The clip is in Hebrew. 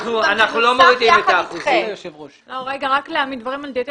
רק להעמיד דברים על דיוקם.